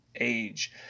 age